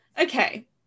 Okay